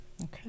Okay